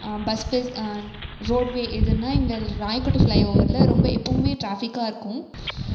bus base road way எதுன்னா எங்கள் ராயக்கோட்டை ஃபிளை ஓவரில் ரொம்ப எப்போவுமே டிராஃபிக்காக இருக்கும்